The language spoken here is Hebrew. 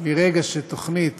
מרגע שתוכנית